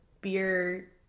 beer